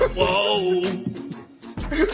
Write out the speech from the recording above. Whoa